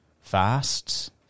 fasts